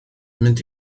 mynd